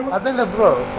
other pro